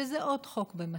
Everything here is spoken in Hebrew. שזה עוד חוק במסווה.